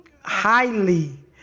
highly